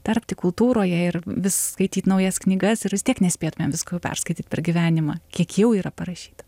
tarpti kultūroje ir vis skaityt naujas knygas ir vis tiek nespėtumėm visko perskaityt per gyvenimą kiek jau yra parašyta